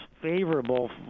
favorable